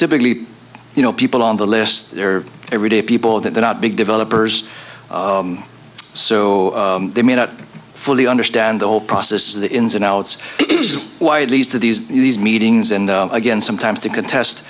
typically you know people on the list or everyday people that are not big developers so they may not fully understand the whole process of the ins and outs why it leads to these these meetings and again sometimes to contest